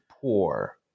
poor